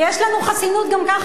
יש לנו חסינות גם ככה.